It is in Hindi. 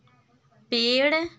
पेड़